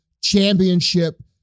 championship